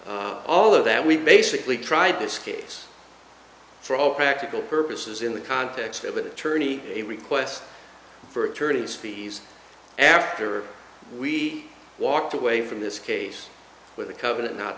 not all of that we basically tried this case for all practical purposes in the context of attorney a request for attorney's fees after we walked away from this case with a covenant not